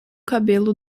cabelo